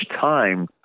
time